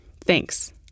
Thanks